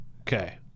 Okay